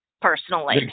personally